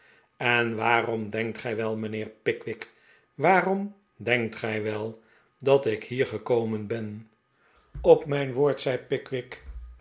en waarom denkt gij wel mijnheer pickwick waarom denkt gij wel dat ik hier gekomen ben op mijn woord zei pickwick